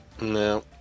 No